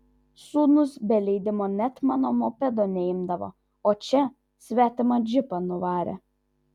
sūnus be leidimo net mano mopedo neimdavo o čia svetimą džipą nuvarė